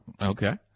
okay